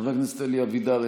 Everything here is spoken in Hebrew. חבר הכנסת אלי אבידר,